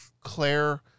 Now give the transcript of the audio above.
Claire